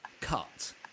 cut